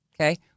okay